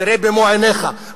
תראה במו-עיניך.